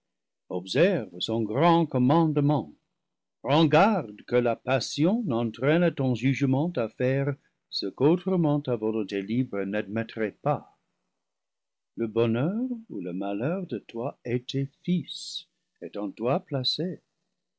observe son grand commandement prends garde que la passion n'entraîne ton jugement à faire ce qu'autrement ta volonté libre n'admettrait pas le bonheur ou le malheur de toi et tes fils est en toi placé